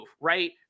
right